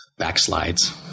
backslides